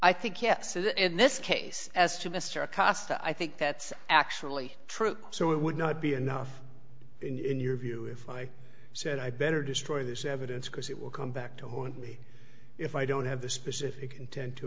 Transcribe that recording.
that in this case as to mr acosta i think that's actually true so it would not be enough in your view if i said i better destroy this evidence because it will come back to haunt me if i don't have the specific intent to